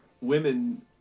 women